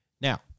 Now